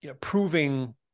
proving